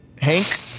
Hank